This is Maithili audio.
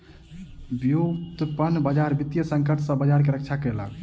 व्युत्पन्न बजार वित्तीय संकट सॅ बजार के रक्षा केलक